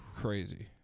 Crazy